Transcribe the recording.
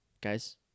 guys